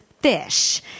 Fish